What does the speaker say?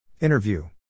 Interview